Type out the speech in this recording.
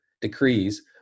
decrees